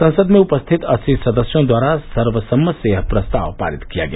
संसद में उपस्थित अस्सी सदस्यों द्वारा सर्वसम्मति से यह प्रस्ताव पारित किया गया